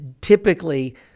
typically